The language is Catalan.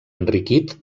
enriquit